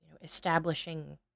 establishing